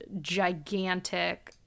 gigantic